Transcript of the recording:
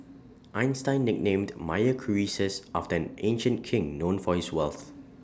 Einstein nicknamed Meyer Croesus after an ancient king known for his wealth